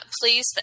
please